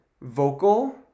vocal